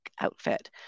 outfit